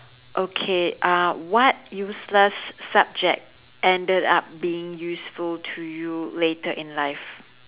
okay uh what useless subject ended up being useful to you later in life